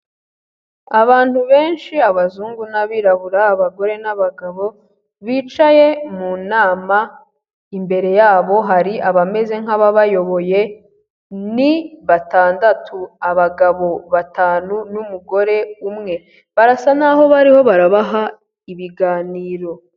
Abantu benshi abazungu n'abirabura abagore n'abagabo bicaye mu nama, imbere yabo hari abameze nk'ababayoboye ni batandatu, abagabo batanu n'umugore umwe barasa naho bariho barabaha ibiganiro.